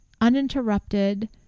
uninterrupted